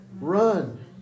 Run